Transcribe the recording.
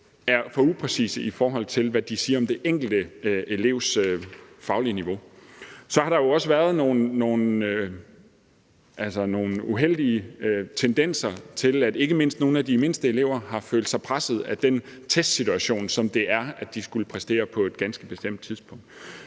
er for upræcise, i forhold til hvad de siger om den enkelte elevs faglige niveau. Så har der jo også været nogle uheldige tendenser til, at ikke mindst nogle af de mindste elever har følt sig presset af testsituationen, hvor de skulle præstere på et ganske bestemt tidspunkt.